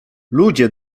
ludzie